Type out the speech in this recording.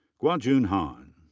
guojun han.